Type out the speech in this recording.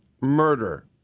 murder